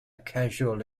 casual